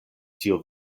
tio